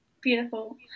beautiful